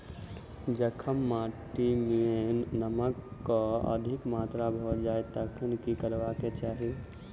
जखन माटि मे नमक कऽ मात्रा अधिक भऽ जाय तऽ की करबाक चाहि?